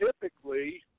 typically